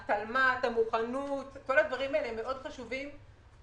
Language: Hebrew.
הדברים כמו המוכנות הם חשובים מאוד.